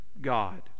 god